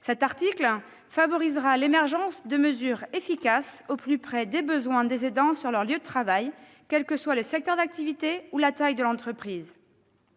Cet article favorisera l'émergence de mesures efficaces au plus près des besoins des aidants sur leur lieu de travail, quel que soit le secteur d'activité ou la taille de l'entreprise.